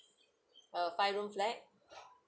uh five room flat